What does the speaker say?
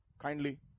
Kindly